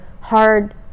hard